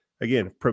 again